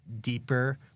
deeper